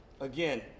again